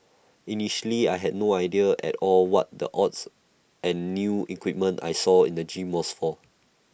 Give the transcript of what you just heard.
initially I had no idea at all what the odds and new equipment I saw in the gym was for